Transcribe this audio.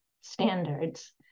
standards